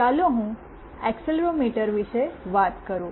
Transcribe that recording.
ચાલો હું એક્સીલેરોમીટર વિશે વાત કરું